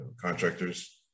contractors